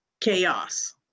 chaos